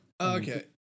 okay